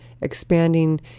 expanding